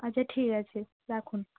আচ্ছা ঠিক আছে রাখুন